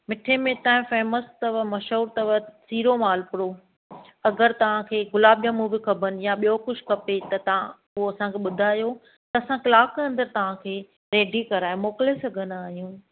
मिठे में हितां जो फेमस अथव मशहूरु अथव सीरो मालपुड़ो अगरि तव्हांखे गुलाब ॼमूं बि खपनि या ॿियो खपे त तव्हां असांखे ॿुधायो त असां कलाक जे अंदरि तव्हां खे रेडी करे मोकिले सघंदा आहियूं